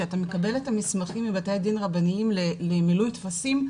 שאתה מקבל את המסמכים לבתי דין רבניים למילוי טפסים,